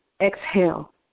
exhale